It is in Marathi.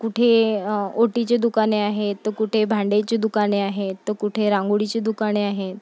कुठे ओटीचे दुकाने आहेत तर कुठे भांड्याची दुकाने आहेत तर कुठे रांगोळीची दुकाने आहेत